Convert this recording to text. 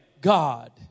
God